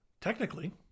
Technically